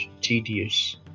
tedious